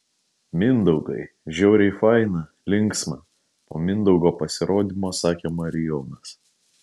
mindaugai žiauriai faina linksma po mindaugo pasirodymo sakė marijonas